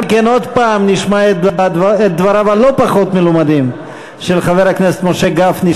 עוד הפעם נשמע את דבריו הלא-פחות מלומדים של חבר הכנסת משה גפני,